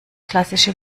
klassische